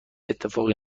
اتفاقی